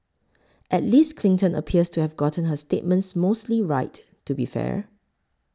at least Clinton appears to have gotten her statements mostly right to be fair